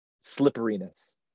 slipperiness